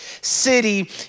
city